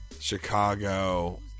Chicago